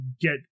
get